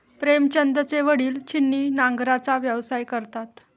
प्रेमचंदचे वडील छिन्नी नांगराचा व्यवसाय करतात